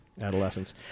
adolescence